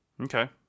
Okay